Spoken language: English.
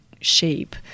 shape